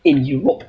in europe